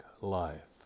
life